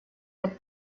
der